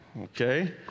Okay